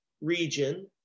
region